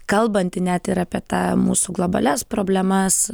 kalbanti net ir apie tą mūsų globalias problemas